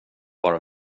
bara